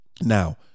Now